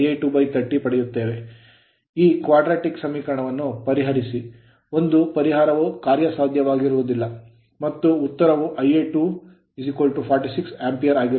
ಈ quadratic ವರ್ಗ ಸಮೀಕರಣವನ್ನು ಪರಿಹರಿಸಿ ಒಂದು ಪರಿಹಾರವು ಕಾರ್ಯಸಾಧ್ಯವಲ್ಲದಿರಬಹುದು ಮತ್ತು ಉತ್ತರವು Ia2 46 Ampere ಆಂಪಿಯರ್ ಆಗಿರುತ್ತದೆ